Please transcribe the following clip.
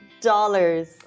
dollars